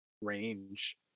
range